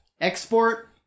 export